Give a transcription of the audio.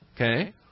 okay